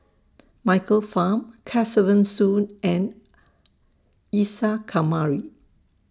Michael Fam Kesavan Soon and Isa Kamari